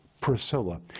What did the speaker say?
Priscilla